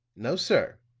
no, sir.